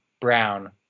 Brown